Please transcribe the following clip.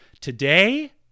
Today